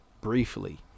briefly